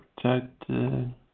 protected